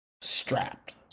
strapped